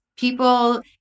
People